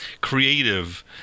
creative